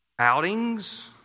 Outings